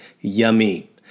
Yummy